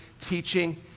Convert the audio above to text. teaching